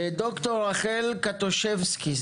ד"ר רחל קטושבסקי,